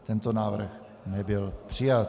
Tento návrh nebyl přijat.